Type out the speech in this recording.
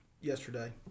yesterday